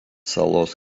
salos